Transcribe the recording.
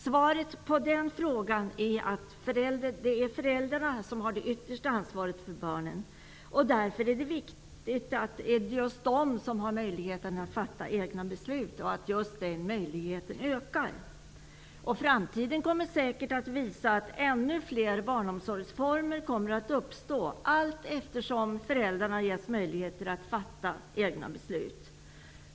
Svaret på den frågan är att det är föräldrarna som har det yttersta ansvaret för barnen, och därför är det viktigt att det är just de som har möjligheten att fatta egna beslut, och att just den möjligheten ökar. Framtiden kommer säkert att visa att ännu fler barnomsorgsformer kommer att uppstå allteftersom föräldrarna ges möjligheter att fatta egna beslut.